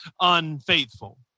unfaithful